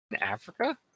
Africa